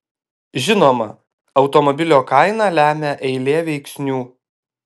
žinoma automobilio kainą lemia eilė veiksnių